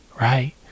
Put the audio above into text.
Right